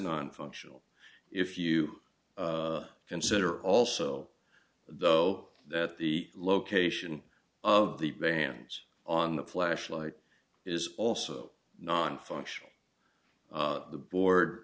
not functional if you consider also though that the location of the bands on the flashlight is also not functional the board